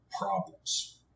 problems